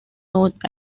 north